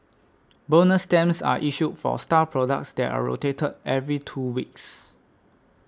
bonus stamps are issued for star products that are rotated every two weeks